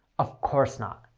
of course not.